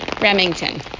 Remington